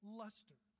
luster